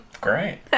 Great